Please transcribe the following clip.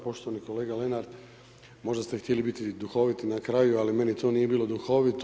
Poštovani kolega Lenart, možda ste htjeli biti duhoviti na kraju, ali meni to nije bilo duhovito.